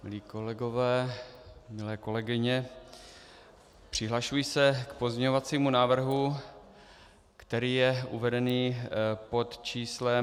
Milí kolegové, milé kolegyně, přihlašuji se k pozměňovacímu návrhu, který je uveden pod číslem 1342.